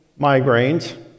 migraines